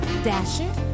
Dasher